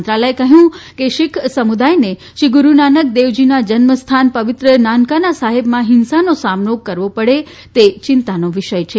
મંત્રાલયે કહયું કે શીખ સમુદાયને શ્રી ગુરૂનાનક દેવજીના જન્મ સ્થાન પવિત્ર નાનકાના સાહેબમાં હિંસાનો સામનો કરવો પડે તે ચિંતાનો વિષય છે